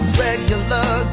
regular